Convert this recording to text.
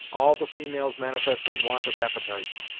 all the females manifesting want of appetites,